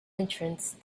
entrance